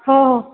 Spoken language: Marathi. हो